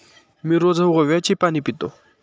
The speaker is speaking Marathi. मी रोज ओव्याचे पाणी पितो